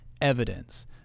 evidence